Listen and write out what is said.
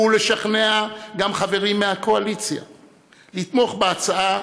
הוא הצליח לשכנע גם חברים מהקואליציה לתמוך בהצעה,